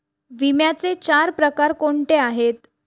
विम्याचे चार प्रकार कोणते आहेत?